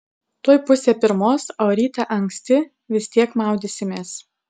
tuoj pusė pirmos o rytą anksti vis tiek maudysimės